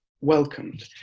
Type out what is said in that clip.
welcomed